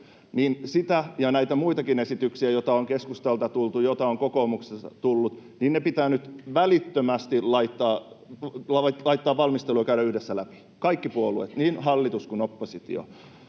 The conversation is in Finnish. on annettu, ja näitä muitakin esityksiä, joita on keskustalta tullut, joita on kokoomukselta tullut, pitää nyt välittömästi laittaa valmisteluun ja käydä yhdessä läpi — kaikkien puolueiden, niin hallitus- kuin oppositio-.